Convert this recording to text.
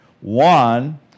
One